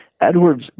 Edwards